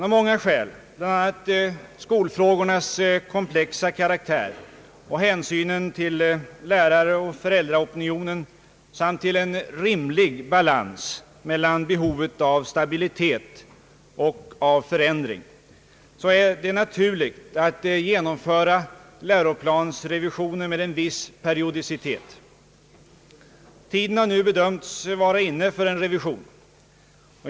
Av många skäl, bl.a. skolfrågornas komplexa karaktär och hänsynen till läraroch föräldraopinionen samt till en rimlig balans mellan behovet av stabilitet och av förändring, är det naturligt att genomföra läroplansrevisioner med en viss periodicitet. Tiden har nu bedömts vara inne för en revision.